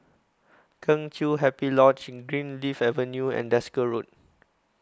Kheng Chiu Happy Lodge Greenleaf Avenue and Desker Road